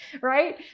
right